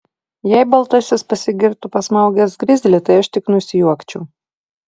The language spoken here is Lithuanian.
jei baltasis pasigirtų pasmaugęs grizlį tai aš tik nusijuokčiau